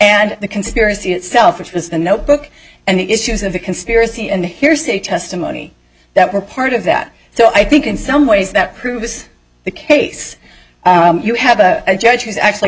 and the conspiracy itself which was the notebook and the issues of the conspiracy and here's the testimony that were part of that so i think in some ways that proves the case you have a judge who's actually